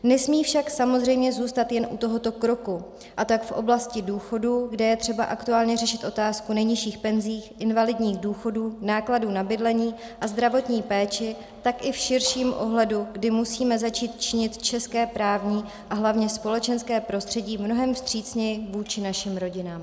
Nesmí však samozřejmě zůstat jen u tohoto kroku, a to jak v oblasti důchodů, kde je třeba aktuálně řešit otázku nejnižších penzí, invalidních důchodů, nákladů na bydlení a zdravotní péči, tak i v širším ohledu, kdy musíme začít činit české právní a hlavně společenské prostředí mnohem vstřícněji vůči našim rodinám.